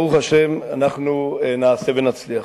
ברוך השם, אנחנו נעשה ונצליח.